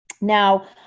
Now